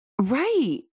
right